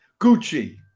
Gucci